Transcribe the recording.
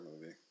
movie